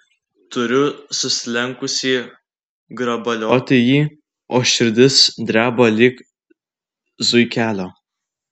turiu susilenkusi grabalioti jį o širdis dreba lyg zuikelio